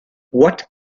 what